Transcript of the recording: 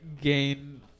gain